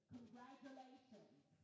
Congratulations